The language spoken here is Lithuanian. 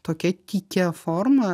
tokia tykia forma